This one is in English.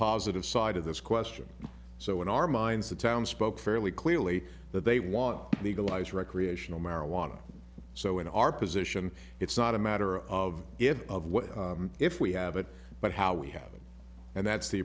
positive side of this question so in our minds the town spoke fairly clearly that they want to legalize recreational marijuana so in our position it's not a matter of of what if we have it but how we have it and that's the